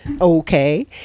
Okay